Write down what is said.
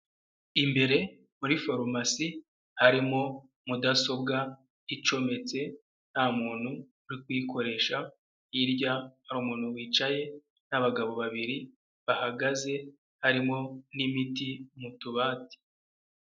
Imbere muri farumasi harimo mudasobwa icometse nta muntu uri kuyikoresha, hirya hari umuntu wicaye n'abagabo babiri bahagaze harimo n'imiti mu tubati.